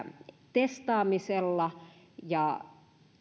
testaamisella ja